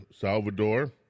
Salvador